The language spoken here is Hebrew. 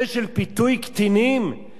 את זה אנחנו לא יכולים ליישם?